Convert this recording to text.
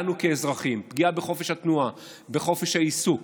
לנו כאזרחים: פגיעה בחופש התנועה, בחופש העיסוק,